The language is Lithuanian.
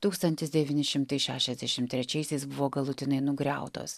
tūkstantis devyni šimtai šešiasdešimt trečiaisiais buvo galutinai nugriautos